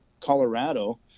Colorado